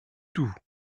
tout